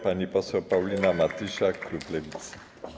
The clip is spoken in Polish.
Pani poseł Paulina Matysiak, klub Lewicy.